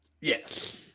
Yes